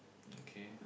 okay